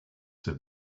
said